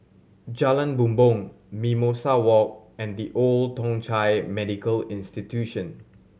Jalan Bumbong Mimosa Walk and The Old Thong Chai Medical Institution